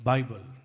Bible